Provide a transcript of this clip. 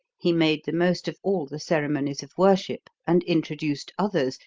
he made the most of all the ceremonies of worship, and introduced others,